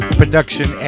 production